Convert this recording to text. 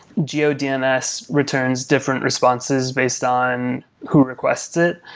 geo dns returns different responses based on who requests it.